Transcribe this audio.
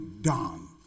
done